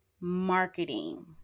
Marketing